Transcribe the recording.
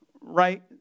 Right